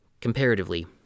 comparatively